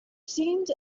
seemed